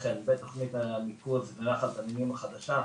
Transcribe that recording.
בתוכנית הניקוז בנחל תנינים החדשה,